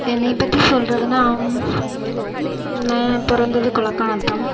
என்னை பற்றி சொல்றதுன்னால் நான் பிறந்தது கொளக்காநத்தம்